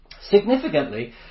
Significantly